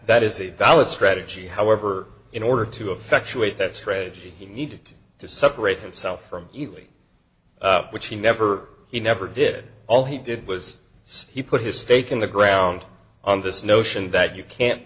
that is a valid strategy however in order to effect weight that strategy he needed to separate himself from evenly which he never he never did all he did was so he put his stake in the ground on this notion that you can't